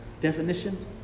definition